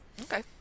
Okay